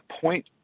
point